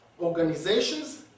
organizations